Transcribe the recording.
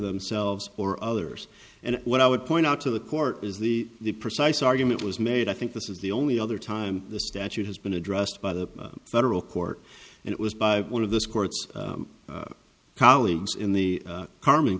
themselves or others and what i would point out to the court is the precise argument was made i think this is the only other time the statute has been addressed by the federal court and it was by one of the courts colleagues in the carmen